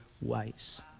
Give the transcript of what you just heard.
ways